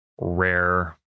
rare